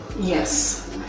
Yes